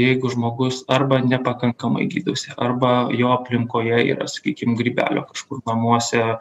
jeigu žmogus arba nepakankamai gydosi arba jo aplinkoje yra sakykim grybelio kažkur namuose